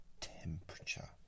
temperature